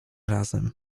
razem